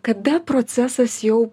kada procesas jau